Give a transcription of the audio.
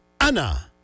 Anna